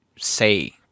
say